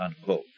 unquote